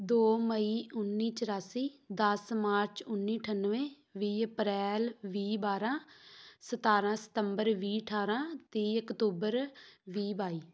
ਦੋ ਮਈ ਉੱਨੀ ਚੌਰਾਸੀ ਦਸ ਮਾਰਚ ਉੱਨੀ ਅਠੱਨਵੇ ਵੀਹ ਅਪ੍ਰੈਲ ਵੀਹ ਬਾਰਾਂ ਸਤਾਰਾਂ ਸਤੰਬਰ ਵੀਹ ਅਠਾਰਾਂ ਤੀਹ ਅਕਤੂਬਰ ਵੀਹ ਬਾਈ